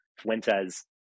Fuentes